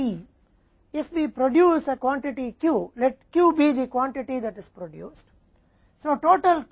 इसलिए यदि हम इस चक्र T में उत्पादन करते हैं यदि हम एक मात्रा Q का उत्पादन करते हैं तो Q को वह मात्रा बताइए जो उत्पादन की जानी है